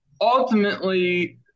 ultimately